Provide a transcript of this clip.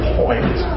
point